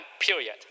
period